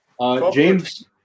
James